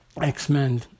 x-men